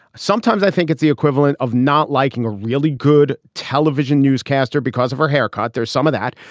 sometimes i think it's the equivalent of not liking a really good television newscaster because of her haircut. there's some of that,